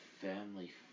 family